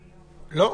לא.